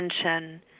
attention